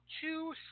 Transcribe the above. two